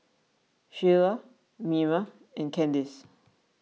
Shiela Mima and Kandice